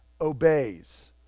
obeys